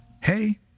hey